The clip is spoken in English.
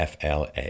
FLA